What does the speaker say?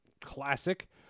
classic